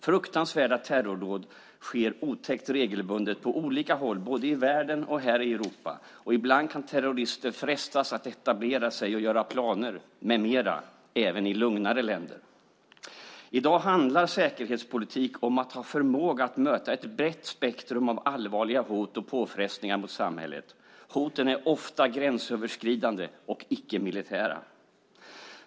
Fruktansvärda terrordåd sker otäckt regelbundet på olika håll i världen och här i Europa, och ibland kan terrorister frestas att etablera sig och göra planer, med mera, även i lugnare länder. I dag handlar säkerhetspolitik om att ha förmåga att möta ett brett spektrum av allvarliga hot och påfrestningar mot samhället. Hoten är ofta gränsöverskridande och icke-militära.